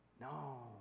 No